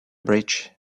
bridge